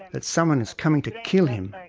that someone is coming to kill him.